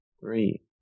three